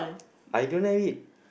I don't have it